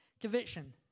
Conviction